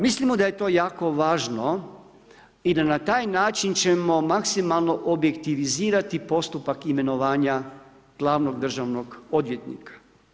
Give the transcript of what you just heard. Mislimo da je to jako važno i da na taj način ćemo maksimalno objektivizirati postupak imenovanja glavnog državnog odvjetnika.